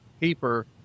paper